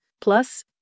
plus